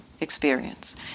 experience